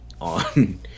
on